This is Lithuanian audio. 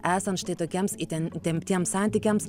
esant štai tokiems itin įtemptiems santykiams